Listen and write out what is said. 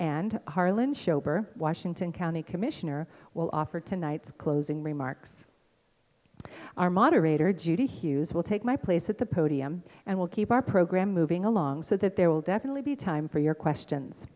schober washington county commissioner will offer tonight the closing remarks our moderator judy hughes will take my place at the podium and will keep our program moving along so that there will definitely be time for your questions